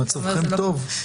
מצבכם טוב.